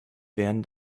wären